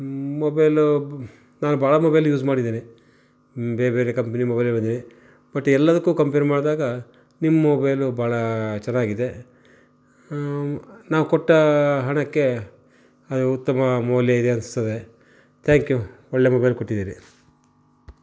mobile ನಾನು ಭಾಳ mobile use ಮಾಡಿದ್ದೀನಿ ಬೇರೆ ಬೇರೆ ಕಂಪ್ನಿ ಮೊಬೈಲ್ ಬಂದಿದೆ ಬಟ್ ಎಲ್ಲದಕ್ಕೂ ಕಂಪೇರ್ ಮಾಡಿದಾಗ ನಿಮ್ಮ ಮೊಬೈಲು ಭಾಳ ಚೆನ್ನಾಗಿದೆ ನಾವು ಕೊಟ್ಟ ಹಣಕ್ಕೆ ಅದು ಉತ್ತಮ ಮೌಲ್ಯ ಇದೆ ಅನ್ನಿಸ್ತದೆ ತ್ಯಾಂಕ್ ಯೂ ಒಳ್ಳೆಯ ಮೊಬೈಲ್ ಕೊಟ್ಟಿದ್ದೀರಿ